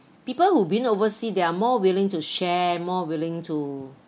people who been overseas they are more willing to share more willing to